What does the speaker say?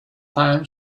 time